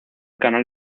canal